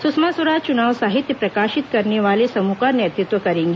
सुषमा स्वराज चुनाव साहित्य प्रकाशित करने वाले समूह का नेतृत्व करेंगी